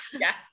Yes